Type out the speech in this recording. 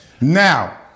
Now